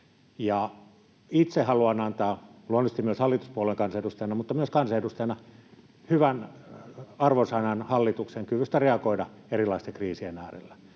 Itse haluan antaa — luonnollisesti hallituspuolueen kansanedustajana mutta myös kansanedustajana — hyvän arvosanan hallituksen kyvystä reagoida erilaisten kriisien äärellä.